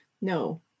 No